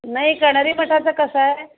नाही कन्हेरी मठाचं कसं आहे